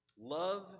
Love